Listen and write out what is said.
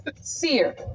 Sear